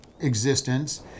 existence